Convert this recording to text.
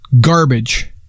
garbage